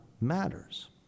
matters